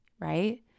right